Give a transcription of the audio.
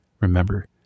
remember